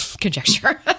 conjecture